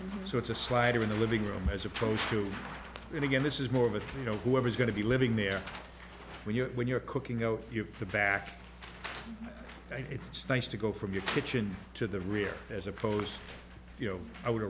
living so it's a slider in the living room as opposed to going again this is more of a you know whoever's going to be living there when you're when you're cooking over the back and it's nice to go from your kitchen to the rear as opposed to you know i would